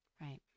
right